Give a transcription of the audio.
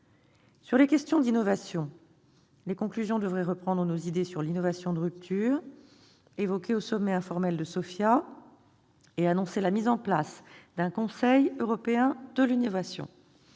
S'agissant de l'innovation, les conclusions devraient reprendre nos idées sur l'innovation de rupture évoquée au sommet informel de Sofia et annoncer la mise en place d'un Conseil européen de l'innovation.